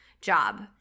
job